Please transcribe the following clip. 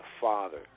father